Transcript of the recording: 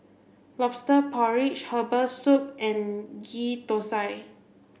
lobster porridge herbal soup and ghee Thosai